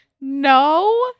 No